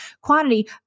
quantity